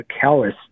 callous